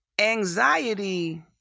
Anxiety